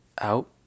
Out